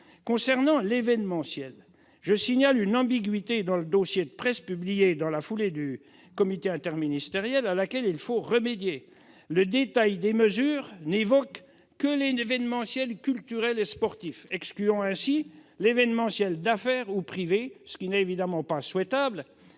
Concernant l'événementiel, je signale une ambiguïté dans le dossier de presse publié dans la foulée du comité interministériel du tourisme (CIT), à laquelle il faut remédier : le détail des mesures n'évoque que « l'événementiel culturel et sportif », excluant ainsi l'événementiel d'affaires ou privé, ce qui n'est évidemment pas souhaitable.